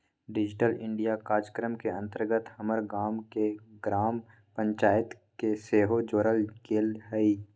digital India काजक्रम के अंतर्गत हमर गाम के ग्राम पञ्चाइत के सेहो जोड़ल गेल हइ